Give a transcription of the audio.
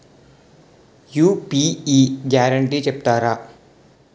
UPI guarantee చెప్తారా?